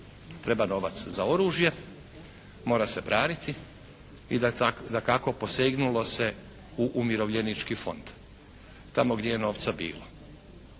treba novac za oružje, mora se braniti i dakako posegnulo se u umirovljenički fond, tamo gdje je novca bilo.